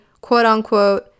quote-unquote